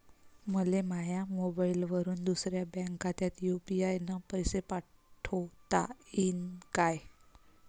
मले माह्या मोबाईलवरून दुसऱ्या बँक खात्यात यू.पी.आय न पैसे पाठोता येईन काय?